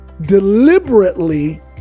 deliberately